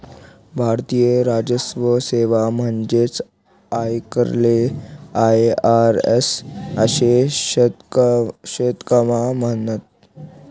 भारतीय राजस्व सेवा म्हणजेच आयकरले आय.आर.एस आशे शाटकटमा म्हणतस